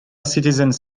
citizens